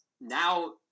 now